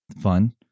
fun